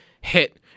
hit